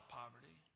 poverty